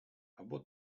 або